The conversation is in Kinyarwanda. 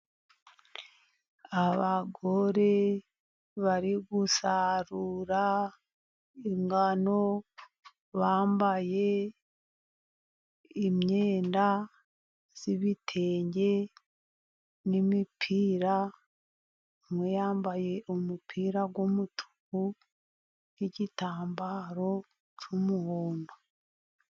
Abagore bari gusarura ingano bambaye imyenda y'ibitenge n'imipira. Umwe yambaye umupira w'umutuku n'igitambaro cy'umuhondo.